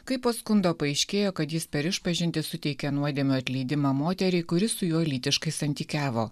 kai po skundo paaiškėjo kad jis per išpažintį suteikė nuodėmių atleidimą moteriai kuri su juo lytiškai santykiavo